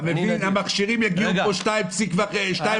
2.5 מיליון מכשירים יגיעו לפה באופן אוטומטי,